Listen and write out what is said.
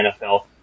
NFL